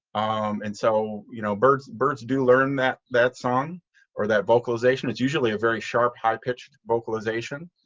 and so you know birds birds do learn that that song or that vocalization is usually a very sharp high-pitched vocalizations.